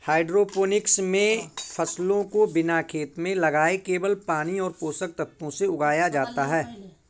hydroponics मे फसलों को बिना खेत में लगाए केवल पानी और पोषक तत्वों से उगाया जाता है